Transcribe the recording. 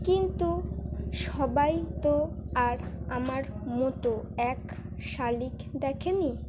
কিন্তু সবাই তো আর আমার মত এক শালিক দেখেনি